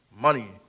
money